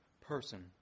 person